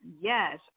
yes